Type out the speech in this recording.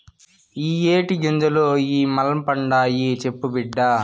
ఇయ్యే టీ గింజలు ఇ మల్పండాయి, సెప్పు బిడ్డా